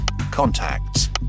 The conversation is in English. contacts